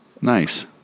nice